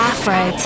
Afro